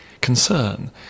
concern